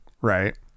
Right